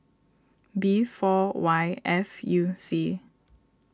B four Y F U C